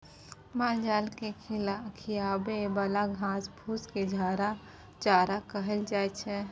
मालजाल केँ खिआबे बला घास फुस केँ चारा कहल जाइ छै